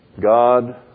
God